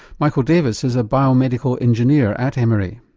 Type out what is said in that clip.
michael davis is a biomedical engineer at emory.